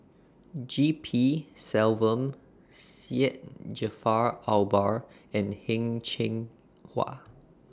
G P Selvam Syed Jaafar Albar and Heng Cheng Hwa